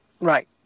Right